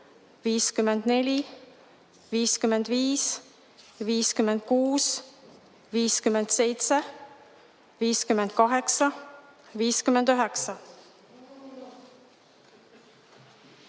54, 55, 56, 57, 58,